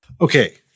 Okay